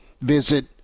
visit